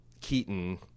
Keaton –